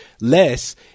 less